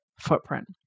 footprint